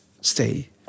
stay